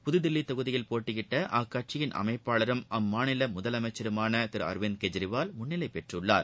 புதுதில்வி தொகுதியில் போட்டியிட்ட அக்கட்சியின் அமைப்பாளரும் அம்மாநில முதலமைச்சருமான திரு அரவிந்த் கெஜ்ரிவால் முன்னிலை பெற்றுள்ளார்